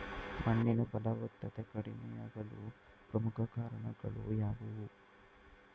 ಮಣ್ಣಿನ ಫಲವತ್ತತೆ ಕಡಿಮೆಯಾಗಲು ಪ್ರಮುಖ ಕಾರಣಗಳು ಯಾವುವು?